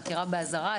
חקירה באזהרה,